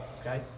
Okay